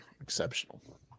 Exceptional